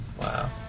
Wow